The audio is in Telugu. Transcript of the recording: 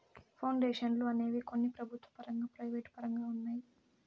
పౌండేషన్లు అనేవి కొన్ని ప్రభుత్వ పరంగా ప్రైవేటు పరంగా ఉన్నాయి